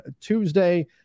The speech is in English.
Tuesday